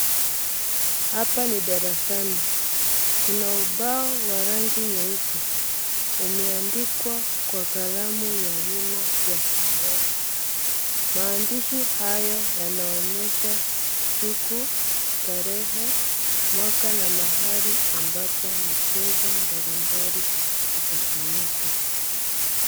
Hapa ni darasani, kuna ubao wa rangi nyeupe umeandikwa kwa kalamu ya wino ya samawati, maandishi hayo yanaonyesha siku, tarehe, mwaka na mahali ambapo michezo mbalimbali itafanyika.